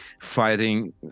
fighting